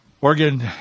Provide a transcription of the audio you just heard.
Oregon